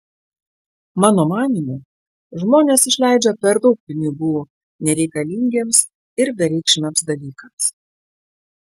mano manymu žmonės išleidžia per daug pinigų nereikalingiems ir bereikšmiams dalykams